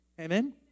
Amen